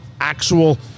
actual